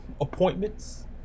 appointments